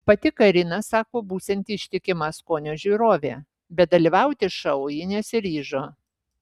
pati karina sako būsianti ištikima skonio žiūrovė bet dalyvauti šou ji nesiryžo